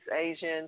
Asian